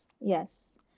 yes